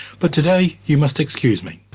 but today you must excuse me